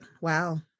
Wow